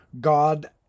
God